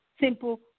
simple